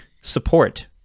support